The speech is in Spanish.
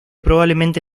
probablemente